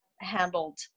handled